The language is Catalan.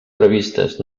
previstes